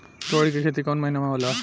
तोड़ी के खेती कउन महीना में होला?